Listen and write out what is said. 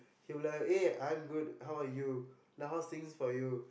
he'll be like eh I'm good how are you like how's things for you